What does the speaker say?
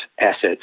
assets